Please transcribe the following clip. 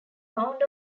found